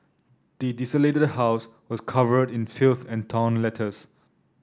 the desolated house was covered in filth and torn letters